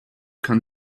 kann